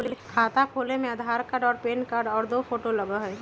खाता खोले में आधार कार्ड और पेन कार्ड और दो फोटो लगहई?